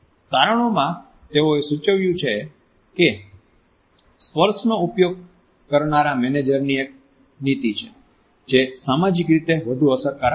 તારણોમાં તેઓએ સૂચવ્યું હતું કે સ્પર્શનો ઉપયોગ કરનારા મેનેજરની એક નીતિ છે જે સામાજિક રીતે વધુ અસરકારક રહે છે